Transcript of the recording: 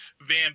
Van